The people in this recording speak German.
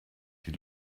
die